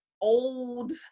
old